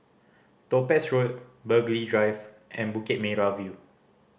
Topaz Road Burghley Drive and Bukit Merah View